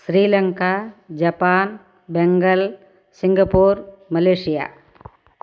Sri Lanka Japan Bengal Singapore Malaysia